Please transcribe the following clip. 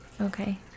Okay